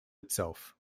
itself